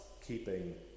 keeping